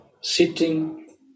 sitting